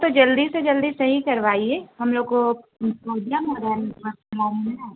تو جلدی سے جلدی صحیح کروائیے ہم لوگ کو پرابلم ہو رہا ہے